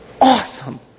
Awesome